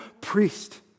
priest